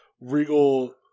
Regal